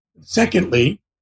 secondly